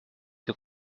too